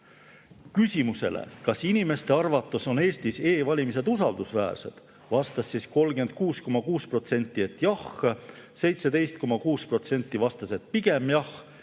Küsimusele, kas inimeste arvates on Eestis e‑valimised usaldusväärsed, vastas 36,6%, et jah, 17,6% vastas, et pigem jah,